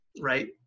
right